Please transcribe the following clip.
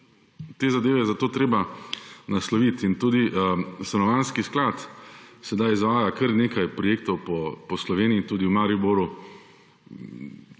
Te zadeve je zato treba nasloviti. Tudi Stanovanjski sklad sedaj izvaja kar nekaj projektov po Sloveniji, tudi v Mariboru,